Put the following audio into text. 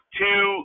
two